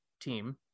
team